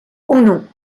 uno